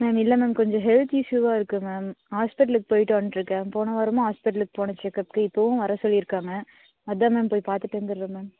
ma'am இல்லை ma'am கொஞ்சம் health இஸ்யூவாக இருக்குது மேம் ஹாஸ்பிட்டலுக்கு போய்ட்டு வந்திருக்கேன் போன வாரமும் ஹாஸ்பிட்டலுக்கு போனேன் செக்கப்புக்கு இப்பவும் வர சொல்லியிருக்காங்க அதான் மேம் போய் பார்த்துட்டு வந்துட்றேன் மேம்